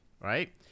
Right